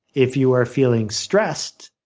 if you are feeling stressed,